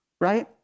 right